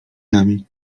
nami